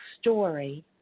story